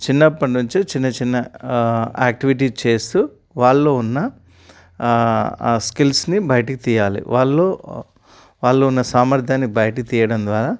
చిన్నప్పటి నుంచి చిన్న చిన్న యాక్టివిటీస్ చేస్తూ వాళ్ళలో ఉన్న ఆ స్కిల్స్ని బయటకు తియ్యాలి వాళ్ళో వాళ్ళలో ఉన్న సామర్థ్యాన్ని బయటకు తీయడం ద్వారా